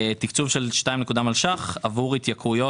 תקצוב של 2 נקודה מיליון שקלים עבור התייקרויות